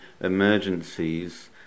emergencies